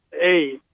Hey